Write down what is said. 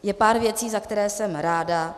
Je pár věcí, za které jsem ráda.